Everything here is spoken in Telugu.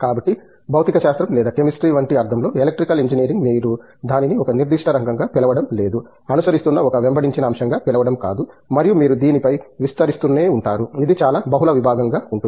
కాబట్టి భౌతికశాస్త్రం లేదా కెమిస్ట్రీ వంటి అర్థంలో ఎలక్ట్రికల్ ఇంజనీరింగ్ మీరు దానిని ఒక నిర్దిష్ట రంగం గా పిలవడం లేదు అనుసరిస్తున్న ఒక వెంబడించిన అంశంగా పిలవడం కాదు మరియు మీరు దీనిపై విస్తరిస్తూనే ఉంటారు ఇది చాలా బహుళ విభాగంగా ఉంటుంది